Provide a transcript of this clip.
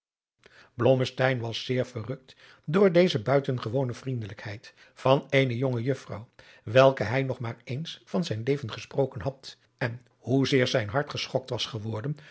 was zeer verrukt door deze buitengewone vriendelijkheid van eene jonge juffrouw welke hij nog maar eens van zijn leven gesproken had en hoe zeer zijn hart geschokt was geworden